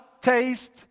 taste